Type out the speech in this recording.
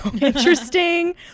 interesting